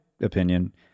opinion